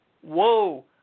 Whoa